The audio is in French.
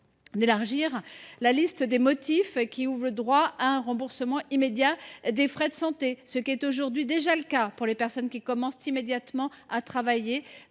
d’élargir la liste des motifs ouvrant droit à un remboursement immédiat des frais de santé. Ce qui est aujourd’hui déjà le cas pour les personnes qui commencent immédiatement à travailler